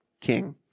king